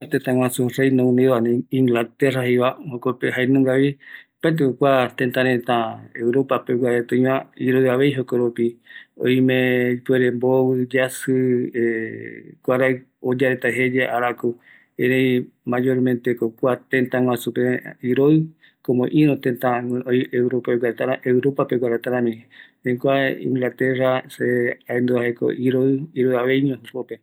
Tetaguasu Reino Unido ani Inglaterra jeiva jokope jaenungavi, opaeteko kua teta reta europapegua reta oiva iroi avei jokoropi oime ipuere vovi yasi kuarai oyaretajeye arakupe, erei mayormente ko kua tetaguasupe iroi como iru teta oi europeo reta rami, jae kuae Inglaterra se aendu jaeko iroi, iroi aveño jokope.